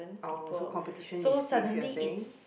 oh so competition is stiff you're saying